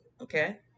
okay